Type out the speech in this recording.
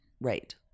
Right